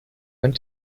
went